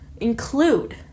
include